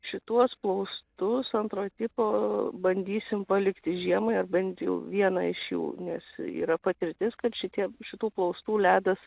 šituos plaustus antrojo tipo bandysim palikti žiemai ar bent vieną iš jų nes yra patirtis kad šitie šitų plaustų ledas